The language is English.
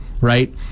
Right